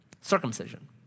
Circumcision